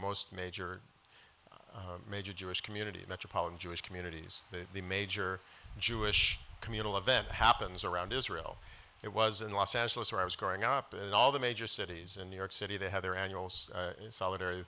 most major major jewish communities metropolitan jewish communities the major jewish communal event happens around israel it was in los angeles where i was growing up in all the major cities in new york city they had their annual solitary